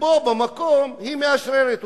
ובו במקום היא מאשררת אותם.